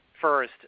first